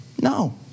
No